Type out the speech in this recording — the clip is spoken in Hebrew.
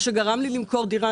מה שגרם לי למכור דירה.